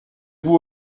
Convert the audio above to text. vous